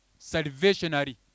salvationary